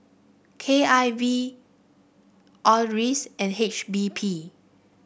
K I V Acres and H P B